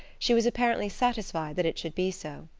she was apparently satisfied that it should be so.